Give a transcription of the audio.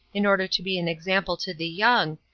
in order to be an example to the young,